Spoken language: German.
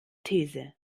these